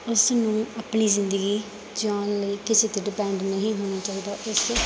ਉਸ ਨੂੰ ਆਪਣੀ ਜ਼ਿੰਦਗੀ ਜਿਉਣ ਲਈ ਕਿਸੇ 'ਤੇ ਡਿਪੈਂਡ ਨਹੀਂ ਹੋਣਾ ਚਾਹੀਦਾ ਇਸ